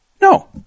No